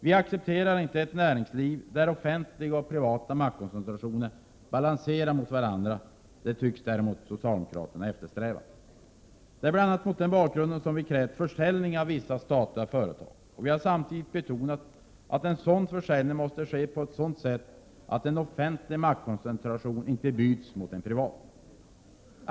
Vi accepterar inte ett näringsliv, där offentliga och privata maktkoncentrationer balanserar mot varandra. Det tycks däremot socialdemokraterna eftersträva. Det är bl.a. mot den bakgrunden som vi har krävt försäljning av vissa statliga företag, och vi har samtidigt betonat att en sådan försäljning måste ske på ett sådant sätt att en offentlig maktkoncentration inte byts mot en privat.